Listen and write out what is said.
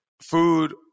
food